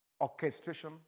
orchestration